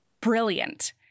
brilliant